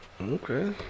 Okay